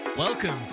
Welcome